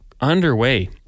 underway